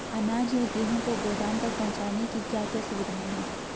अनाज या गेहूँ को गोदाम तक पहुंचाने की क्या क्या सुविधा है?